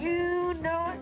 you know